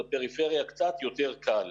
בפריפריה קצת יותר קל.